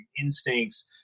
instincts